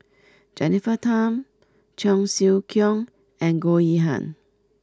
Jennifer Tham Cheong Siew Keong and Goh Yihan